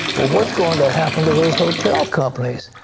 well, what is going to happen to those hotel companies?